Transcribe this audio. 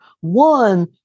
One